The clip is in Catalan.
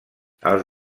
els